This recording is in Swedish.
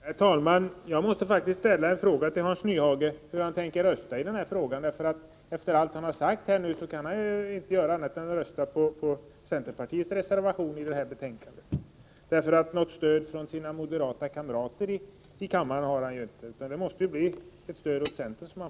Herr talman! Jag måste ställa en fråga till Hans Nyhage — hur han tänker rösta i denna fråga. Efter allt han har sagt nu kan han inte göra annat än rösta på centerpartiets reservation i detta betänkande. Något stöd från sina moderata kamrater i kammaren har han inte, utan han får söka stöd hos centern.